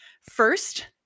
First